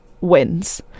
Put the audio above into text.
wins